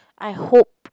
I hope